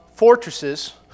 fortresses